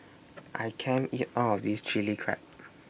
I can't eat All of This Chilli Crab